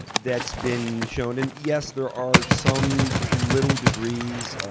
and that's been shown. and yes, there are some little degrees,